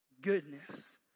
goodness